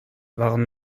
waren